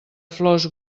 flors